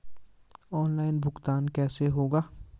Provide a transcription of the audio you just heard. Online भुगतान कैसे होगा?